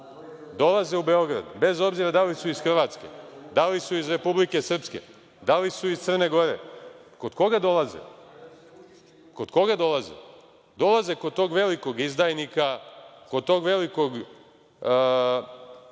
dolaze u Beograd, bez obzira da li su iz Hrvatske, da li su iz Republike Srpske, da li su iz Crne Gore, kod koga dolaze? Dolaze kod tog velikog izdajnika, kod tog velikog